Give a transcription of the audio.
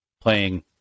playing